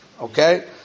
Okay